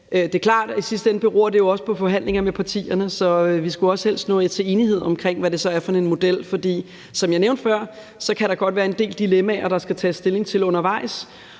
Det er klart, at det i sidste ende også beror på forhandlinger med partierne, så vi skulle også helst nå til enighed omkring, hvad det så er for en model. For som jeg nævnte før, kan der godt være en del dilemmaer, der skal tages stilling til undervejs.